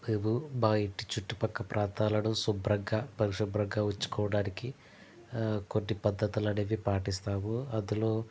మేము మా ఇంటి చుట్టు పక్కల ప్రాంతాలను శుభ్రంగా పరిశుభ్రంగా ఉంచుకోవడానికి కొన్ని పద్ధతులనేవి పాటిస్తాము అందులో